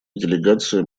делегациям